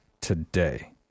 today